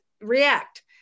react